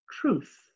truth